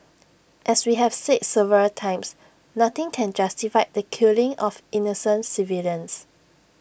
as we have said several times nothing can justify the killing of innocent civilians